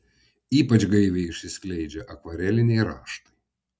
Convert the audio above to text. ypač gaiviai išsiskleidžia akvareliniai raštai